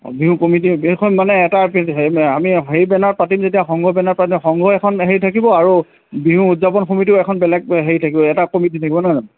অঁ বিহু কমিটি এইখন মানে এটা আমি সেই আমি হেৰি বেনাৰ পাতিম যেতিয়া সংঘৰ বেনাৰত পাতিম সংঘৰ এখন হেৰি থাকিব আৰু বিহু উদযাপন সমিতিও এখন বেলেগ হেৰি থাকিব এটা কমিটি থাকিব নহয় জানো